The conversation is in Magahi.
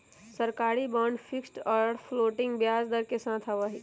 सरकारी बांड फिक्स्ड और फ्लोटिंग ब्याज दर के साथ आवा हई